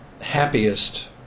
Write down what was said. happiest